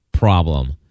problem